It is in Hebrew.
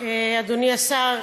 אדוני השר,